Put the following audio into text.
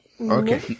okay